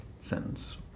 sentence